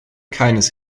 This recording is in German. keines